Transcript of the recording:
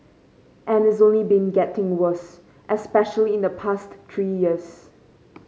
and it's only been getting worse especially in the past three years